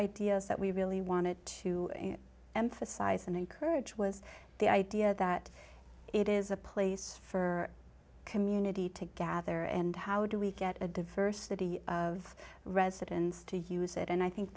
ideas that we really wanted to emphasize and encourage was the idea that it is a place for community to gather and how do we get a diversity of residents to use it and i think